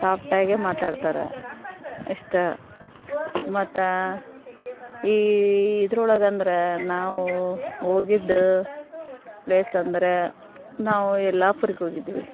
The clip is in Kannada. ಸಾಪ್ಟಾಗೇ ಮಾತಾಡ್ತಾರೆ ಇಷ್ಟ ಮತ್ತು ಈ ಇದ್ರೊಳಗಂದರೆ ನಾವು ಹೋಗಿದ್ದ ಪ್ಲೇಸ್ ಅಂದರೆ ನಾವು ಯಲ್ಲಾಪುರಕ್ಕೆ ಹೋಗಿದ್ವಿ